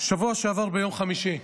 בשבוע שעבר ביום חמישי.